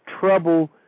trouble